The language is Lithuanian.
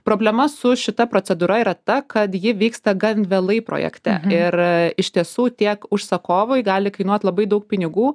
problema su šita procedūra yra ta kad ji vyksta gan vėlai projekte ir iš tiesų tiek užsakovui gali kainuot labai daug pinigų